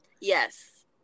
Yes